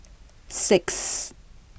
six